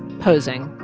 posing.